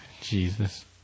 Jesus